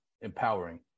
empowering